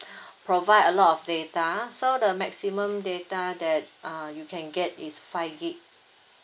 provide a lot of data so the maximum data that uh you can get is five gigabyte